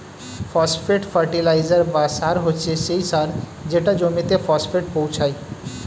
phosphate fertilizer বা সার হচ্ছে সেই সার যেটা জমিতে ফসফেট পৌঁছায়